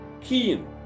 keen